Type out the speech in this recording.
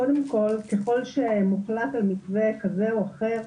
קודם כל, ככל שמוחלט על מתווה כזה או אחר,